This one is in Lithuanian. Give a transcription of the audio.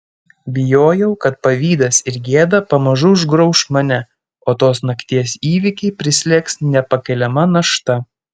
bijojau kad pavydas ir gėda pamažu užgrauš mane o tos nakties įvykiai prislėgs nepakeliama našta